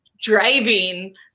driving